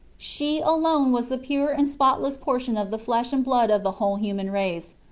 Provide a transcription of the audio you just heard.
she alone was the pure and spotless portion of the flesh and blood of the whole human race,